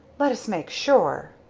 let us make sure!